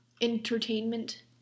entertainment